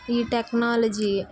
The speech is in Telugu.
ఈ టెక్నాలజీ